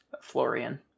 Florian